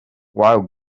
wild